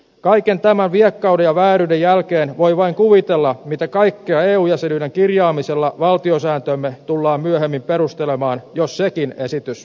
kaiken tämän viekkauden ja vääryyden jälkeen voi vain kuvitella mitä kaikkea eu jäsenyyden kirjaamisella valtiosääntöömme tullaan myöhemmin perustelemaan jos sekin esitys hyväksytään